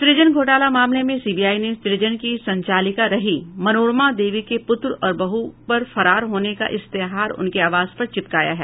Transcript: सूजन घोटाला मामले में सीबीआई ने सूजन की संचालिका रही मनोरमा देवी के पुत्र और बहु पर फरार होने का इश्तेहार उनके आवास पर चिपकाया है